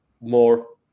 more